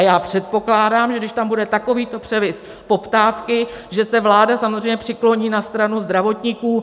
Já předpokládám, že když tam bude takovýto převis poptávky, že se vláda samozřejmě přikloní na stranu zdravotníků.